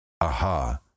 Aha